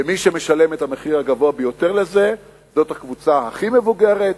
ומי שמשלם את המחיר הגבוה ביותר על זה זאת הקבוצה הכי מבוגרת,